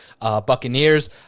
Buccaneers